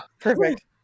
perfect